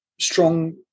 strong